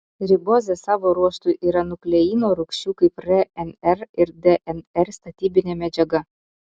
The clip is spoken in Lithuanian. ribozė savo ruožtu yra nukleino rūgščių kaip rnr ir dnr statybinė medžiaga